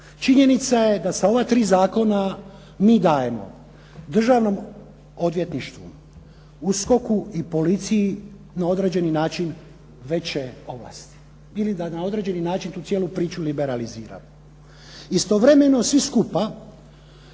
Činjenica je da sa ova tri zakona mi dajemo Državnom odvjetništvu, USKOK-u i policiji na određeni način veće ovlasti ili da na određeni način tu cijelu priču liberaliziram. Istovremeno svi skupa,